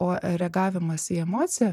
o reagavimas į emociją